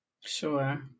Sure